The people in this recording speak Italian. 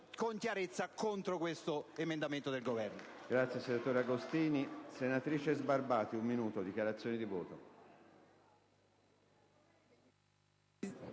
con chiarezza contro questo emendamento del Governo.